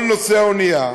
כל נוסעי האונייה,